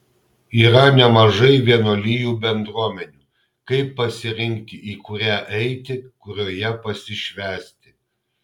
yra nemažai vienuolijų bendruomenių kaip pasirinkti į kurią eiti kurioje pasišvęsti